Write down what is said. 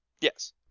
Yes